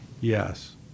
Yes